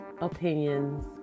opinions